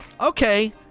Okay